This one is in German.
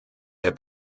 der